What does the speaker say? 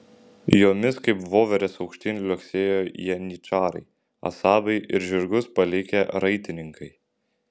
jomis kaip voverės aukštyn liuoksėjo janyčarai asabai ir žirgus palikę raitininkai